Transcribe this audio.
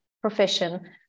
profession